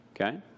Okay